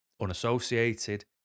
unassociated